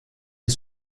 est